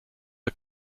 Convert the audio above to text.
are